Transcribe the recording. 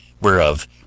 whereof